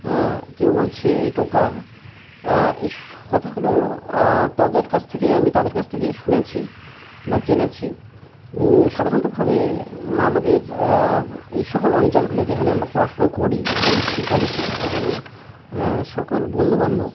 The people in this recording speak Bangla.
হ্যাঁ কেউ বলছে এই টোকা এই কথাগুলো তাদের কাছ থেকেই আমি তাদের কাছ থেকেই শুনেছি বা জেনেছি সাধারণতভাবে আমাদের এই সকল অঞ্চলগুলোয় যেখানে আমরা পড়াশুনো করি বা স্কুল কলেজে সেখানে সকল বন্ধুবান্ধব